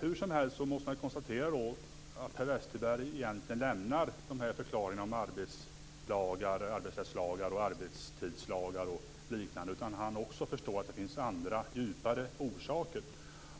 Hur som helt måste man konstatera att Per Westerberg egentligen lämnar förklaringen om arbetsrättslagar, arbetstidslagar och liknande utan att också han förstår att det finns andra djupare orsaker